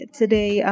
today